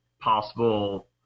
possible